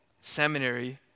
seminary